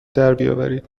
دربیاورید